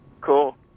Cool